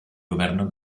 governo